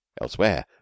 Elsewhere